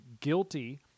guilty